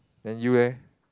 then you leh